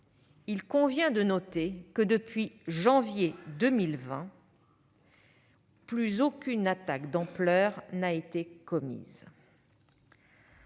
il convient de noter que, depuis janvier 2020, plus aucune attaque d'ampleur n'a été commise.